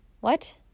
What